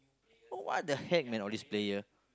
for what the heck man all these player